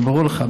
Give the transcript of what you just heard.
זה ברור לך.